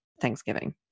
thanksgiving